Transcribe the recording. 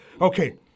Okay